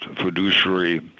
fiduciary